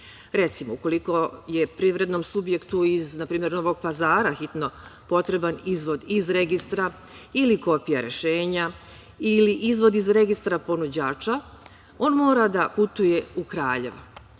Recimo, ukoliko je privrednom subjektu iz, na primer, Novog Pazara hitno potreban izvod iz registra ili kopija rešenja ili izvod iz registra ponuđača, on mora da putuje u Kraljevo.